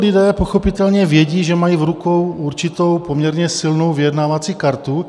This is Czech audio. Tito lidé pochopitelně vědí, že mají v rukou určitou poměrně silnou vyjednávací kartu.